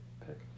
pick